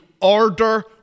order